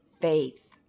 faith